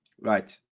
Right